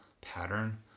pattern